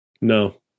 No